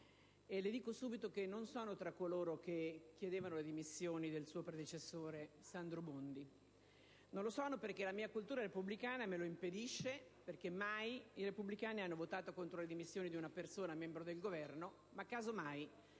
Dico subito che non sono tra coloro che chiedevano le dimissioni del suo predecessore, Sandro Bondi. La mia cultura repubblicana me lo impedisce, perché mai i repubblicani hanno votato per le dimissioni di un membro del Governo: casomai,